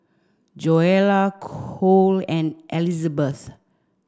Joella Cole and Elisabeth